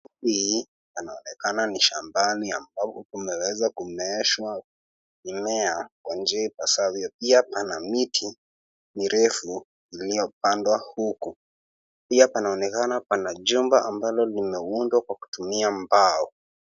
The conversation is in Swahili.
Hii panaonekana ni shambani ambapo kumeweza kumeeshwa mimea kwa njia ipasavyo. Pia pana miti mirefu iliyopandwa huku. Pia panaonekana pana jumba ambalo limeundwa kwa kutumia mbao.